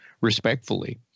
respectfully